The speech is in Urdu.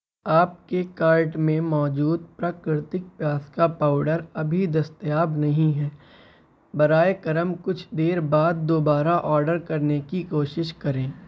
آپ کی کارٹ میں موجود پراکرتک پیاز کا پاؤڈر ابھی دستیاب نہیں ہیں برائے کرم کچھ دیر بعد دوبارہ آڈر کرنے کی کوشش کریں